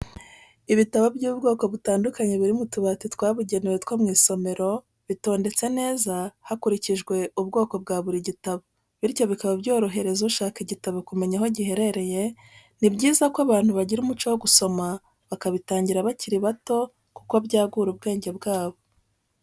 Ibitabo by'ubwoko butandukanye biri mu tubati twabugenewe two mu isomero, bitondetse neza hakurikijwe ubwoko bwa buri gitabo bityo bikaba byakorohereza ushaka igitabo kumenya aho giherereye, ni byiza ko abantu bagira umuco wo gusoma bakabitangira bakiri bato kuko byagura ubwenge bwabo.